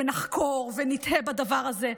ונחקור ונתהה בדבר הזה,